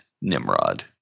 Nimrod